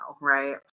right